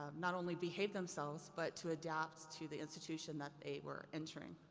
um not only behave themselves but to adapt to the institution that they were entering.